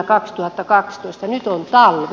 nyt on talvi